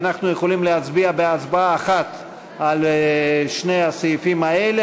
אנחנו יכולים להצביע בהצבעה אחת על שני הסעיפים האלה,